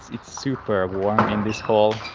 it's super warm in this hall.